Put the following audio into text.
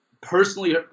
personally